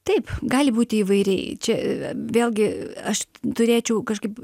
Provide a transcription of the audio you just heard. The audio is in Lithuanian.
taip gali būti įvairiai čia vėlgi aš turėčiau kažkaip